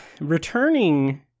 Returning